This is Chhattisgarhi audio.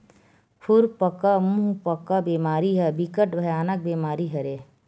खुरपका मुंहपका बेमारी ह बिकट भयानक बेमारी हरय